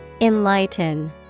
Enlighten